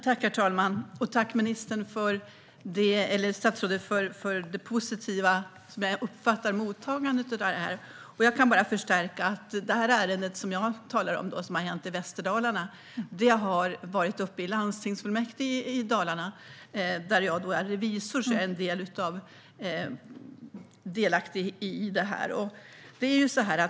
Herr talman! Jag tackar statsrådet för det positiva mottagandet av detta. Det ärende jag talar om från Västerdalarna har varit uppe i landstingsfullmäktige i Dalarna, där jag är revisor. Jag är alltså delaktig i detta.